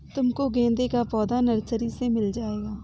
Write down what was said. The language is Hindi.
तुमको गेंदे का पौधा नर्सरी से भी मिल जाएगा